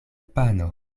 pano